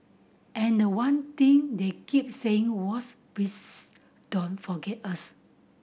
and the one thing they keep saying was please don't forget us